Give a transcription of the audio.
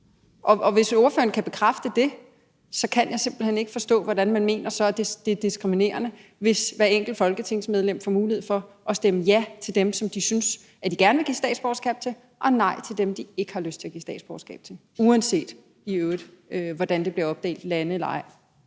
Hvis ordføreren kan bekræfte det, kan jeg simpelt hen ikke forstå, at man kan mene, at det er diskriminerende, hvis hvert enkelt folketingsmedlem får mulighed for at stemme ja til dem, som de synes de gerne vil give statsborgerskab, og nej til dem, som de ikke har lyst til at give statsborgerskab, uanset i øvrigt hvordan det bliver opdelt, altså lande eller ej.